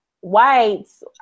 whites